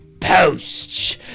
post